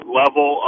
level